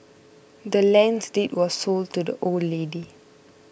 the land's deed was sold to the old lady